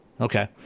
okay